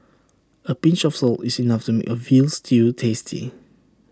A pinch of salt is enough to make A Veal Stew tasty